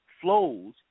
flows